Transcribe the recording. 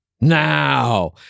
now